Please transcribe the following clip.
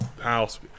house